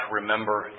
remember